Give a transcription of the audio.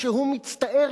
כשהוא מצטער,